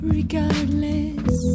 Regardless